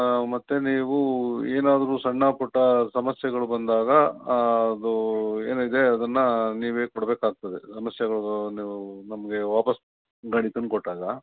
ಮತ್ತೆ ನೀವು ಏನಾದರು ಸಣ್ಣಪುಟ್ಟ ಸಮಸ್ಯೆಗಳು ಬಂದಾಗ ಹಾಂ ಅದು ಏನಿದೆ ಅದನ್ನು ನೀವೇ ಕೊಡಬೇಕಾಗ್ತದೆ ಸಮಸ್ಯೆಗಳು ನೀವು ನಮಗೆ ವಾಪಸ್ಸು ಗಾಡಿ ತಂದು ಕೊಟ್ಟಾಗ